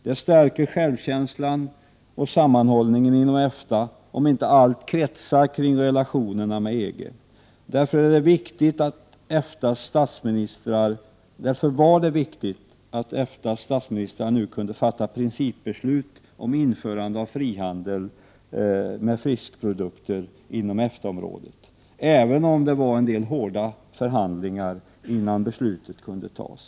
Det stärker självkänslan och sammanhållningen inom EFTA om inte allt kretsar kring relationerna till EG. Därför var det viktigt att EFTA:s statsministrar kunde fatta ett principbeslut om införande av frihandel med fiskprodukter inom EFTA-området, även om det var en del hårda förhandlingar innan beslutet kunde fattas.